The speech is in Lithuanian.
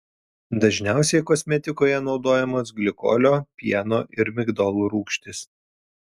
dažniausiai kosmetikoje naudojamos glikolio pieno ir migdolų rūgštys